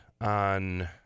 on